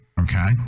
Okay